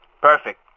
Perfect